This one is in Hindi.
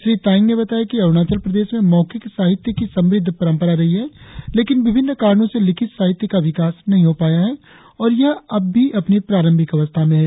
श्री तायेंग ने बताया कि अरुणाचल प्रदेश में मौखिक साहित्य की समृद्ध परपंरा रही है लेकिन विभिन्न कारणों से लिखित साहित्य का विकास नहीं हो पाया है और यह अब भी अपनी प्रारंभिक अवस्था में है